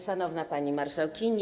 Szanowna Pani Marszałkini!